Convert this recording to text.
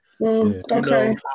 Okay